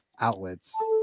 outlets